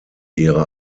ihre